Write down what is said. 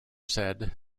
said